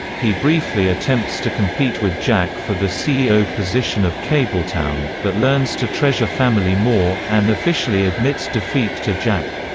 he briefly attempts to compete with jack for the ceo position of kabletown, but learns to treasure family more, and officially admits defeat to jack.